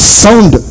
sound